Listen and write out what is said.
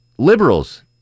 Liberals